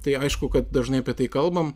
tai aišku kad dažnai apie tai kalbam